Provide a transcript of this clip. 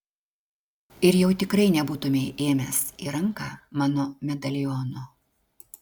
ir jau tikrai nebūtumei ėmęs į ranką mano medaliono